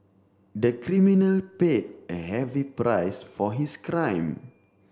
the criminal paid a heavy price for his crime